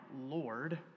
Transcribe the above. Lord